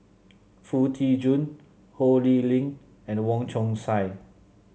Foo Tee Jun Ho Lee Ling and Wong Chong Sai